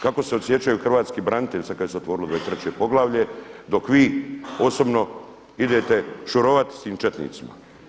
Kako se osjećaju hrvatski branitelji sad kad se otvorilo 23 poglavlje, dok vi osobno idete šurovati sa tim četnicima.